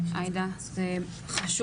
העניין הזה חשוב.